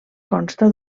consta